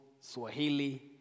Swahili